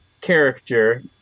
character